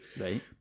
Right